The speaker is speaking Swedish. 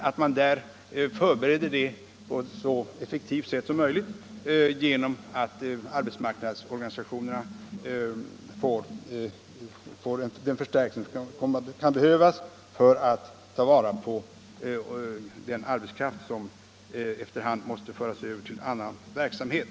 Arbetsmarknadsmyndigheterna bör, som krävs i motionen, få den förstärkning som kan behövas för att ta vara på den arbetskraft som efter hand måste föras över till annan verksamhet.